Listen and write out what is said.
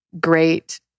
great